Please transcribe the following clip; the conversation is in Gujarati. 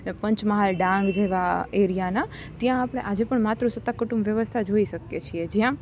પંચમહાલ ડાંગ જેવાં એરિયાના ત્યાં આપણે આજે પણ માતૃસત્તા કુટુંબ વ્યવસ્થા જોઈ શકીએ છીએ જયાં